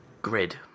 Grid